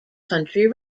country